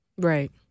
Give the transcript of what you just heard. Right